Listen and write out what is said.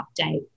update